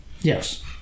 yes